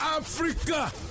Africa